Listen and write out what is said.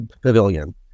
Pavilion